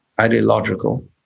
ideological